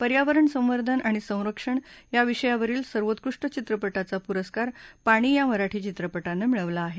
पर्यावरण संवर्धन आणि संरक्षण या विषयावरील सर्वोत्कृष्ट चित्रपटाचा पुरस्कार पाणी या मराठी चित्रपटानं मिळवला आहे